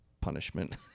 punishment